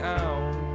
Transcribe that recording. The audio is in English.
out